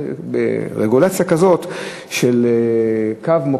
רגולציה כזאת של קו,